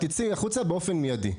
את תצאי החוצה באופן מיידי.